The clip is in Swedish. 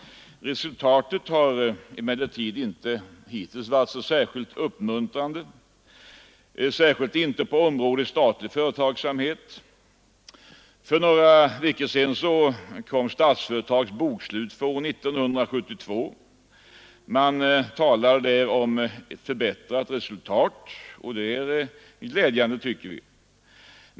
Resultatet har hittills inte varit särskilt uppmuntrande — speciellt inte på området statlig företagsamhet. För några veckor sedan framlades Statsföretags bokslut för år 1972. Det talades där om förbättrat resultat, och det är glädjande, tycker vi.